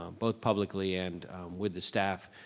um both publicly, and with the staff,